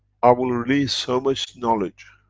i will release so much knowledge,